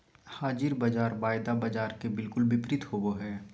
हाज़िर बाज़ार वायदा बाजार के बिलकुल विपरीत होबो हइ